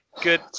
Good